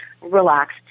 relaxed